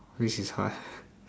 this is hard